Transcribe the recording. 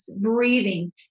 breathing